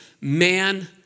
man